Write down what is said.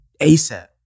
ASAP